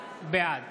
בעד